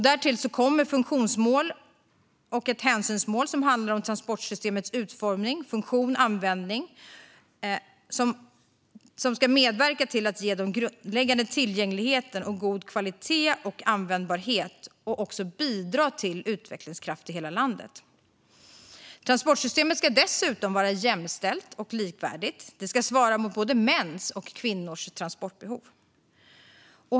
Därtill kommer funktionsmål och ett hänsynsmål som handlar om transportsystemets utformning, funktion och användning och som ska medverka till att ge grundläggande tillgänglighet, god kvalitet och användbarhet samt bidra till utvecklingskraft i hela landet. Transportsystemet ska dessutom vara jämställt och likvärdigt. Det ska svara mot både mäns och kvinnors transportbehov.